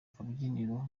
kabyiniro